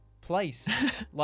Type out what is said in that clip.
place